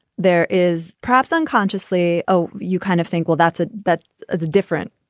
there is perhaps unconsciously, oh, you kind of think, well, that's it. that is different.